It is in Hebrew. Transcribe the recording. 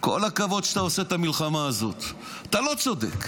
כל הכבוד שאתה עושה את המלחמה הזאת, אתה לא צודק.